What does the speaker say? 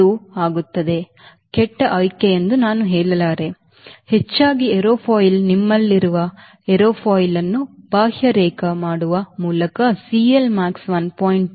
2 ಆಗಿದ್ದರೆ ಕೆಟ್ಟ ಆಯ್ಕೆ ಎಂದು ನಾನು ಹೇಳಲಾರೆ ಹೆಚ್ಚಾಗಿ ಏರ್ಫಾಯಿಲ್ ನಿಮ್ಮಲ್ಲಿರುವ ಏರೋಫಾಯಿಲ್ ಅನ್ನು ಬಾಹ್ಯರೇಖೆ ಮಾಡುವ ಮೂಲಕ CLmax 1